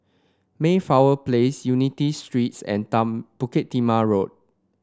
Mayflower Place Unity Streets and down Bukit Timah Road